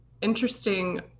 interesting